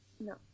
No